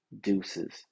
deuces